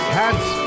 hats